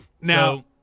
Now